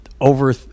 over